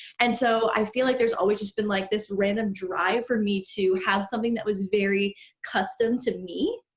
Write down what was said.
and so, i feel like there's always been like this random drive for me to have something that was very custom to me.